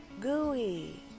gooey